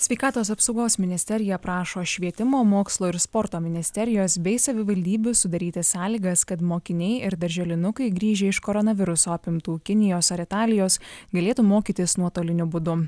sveikatos apsaugos ministerija prašo švietimo mokslo ir sporto ministerijos bei savivaldybių sudaryti sąlygas kad mokiniai ir darželinukai grįžę iš koronaviruso apimtų kinijos ar italijos galėtų mokytis nuotoliniu būdu